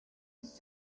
it’s